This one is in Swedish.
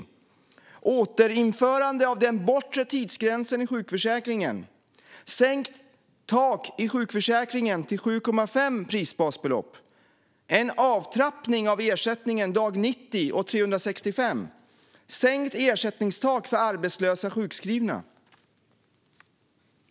Man vill återinföra den bortre tidsgränsen i sjukförsäkringen och sänka taket i sjukförsäkringen till 7,5 prisbasbelopp. Man vill trappa ned ersättningen dag 90 och dag 365. Man vill sänka ersättningstaket för arbetslösa sjukskrivna.